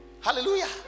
Hallelujah